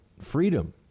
freedom